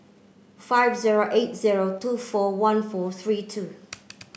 five zero eight zero two four one four three two